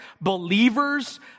believers